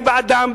אני בעדם,